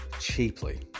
cheaply